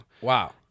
Wow